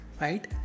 right